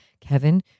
Kevin